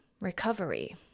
recovery